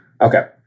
Okay